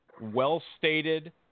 well-stated